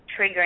triggering